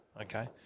Okay